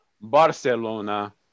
barcelona